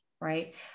right